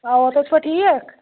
اَوا تُہۍ چھُوا ٹھیٖک